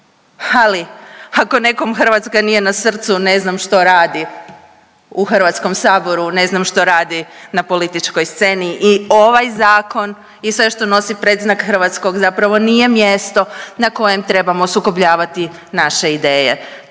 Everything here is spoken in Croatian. ali ako nekom Hrvatska nije na srcu ne znam što radi u HS, ne znam što radi na političkoj sceni i ovaj zakon i sve što nosi predznak hrvatskog zapravo nije mjesto na kojem trebamo sukobljavati naše ideje,